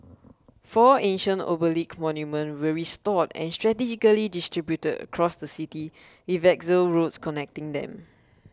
four ancient obelisk monuments were restored and strategically distributed across the city with axial roads connecting them